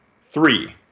Three